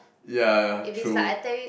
yeah true